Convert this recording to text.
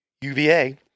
UVA